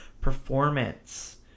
performance